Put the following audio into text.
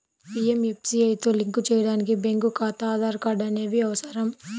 పీయంఎస్బీఐతో లింక్ చేయడానికి బ్యేంకు ఖాతా, ఆధార్ కార్డ్ అనేవి అవసరం